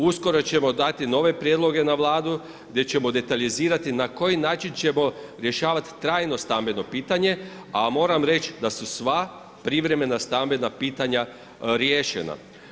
Uskoro ćemo dati nove prijedloge na Vladu gdje ćemo detaljizirati na koji način ćemo rješavati trajno stambeno pitanje, a moram reći da su sva privremena stambena pitanja riješena.